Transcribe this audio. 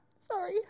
Sorry